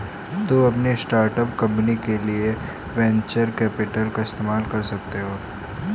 तुम अपनी startup company के लिए वेन्चर कैपिटल का इस्तेमाल कर सकते हो